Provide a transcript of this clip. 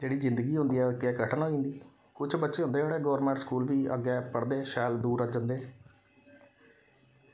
जेह्ड़ी जिंदगी होंदी ऐ ओह् के कठन होई जंदी किश बच्चे होंदे जेह्ड़े गौरमेंट स्कूल बी अग्गे पढ़दे शैल दूर जंदे